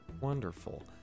Wonderful